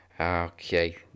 Okay